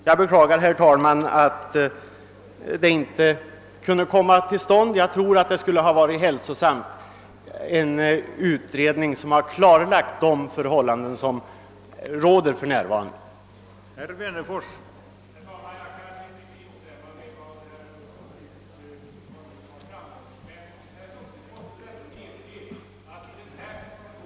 Jag tror, herr talman, att det skulle ha varit hälsosamt med en utredning som klarlagt de förhållanden som för närvarande råder, och jag beklagar att den inte kan komma till stånd.